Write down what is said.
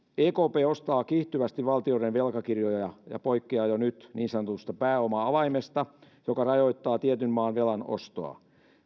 ekp ostaa kiihtyvästi valtioiden velkakirjoja ja poikkeaa jo nyt niin sanotusta pääoma avaimesta joka rajoittaa tietyn maan velan ostoa